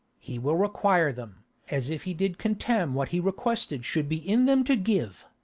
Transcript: he will require them as if he did contemn what he requested should be in them to give.